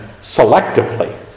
selectively